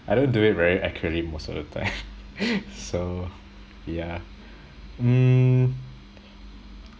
I don't do it very accurately most of the time so yeah hmm